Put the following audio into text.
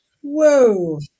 Whoa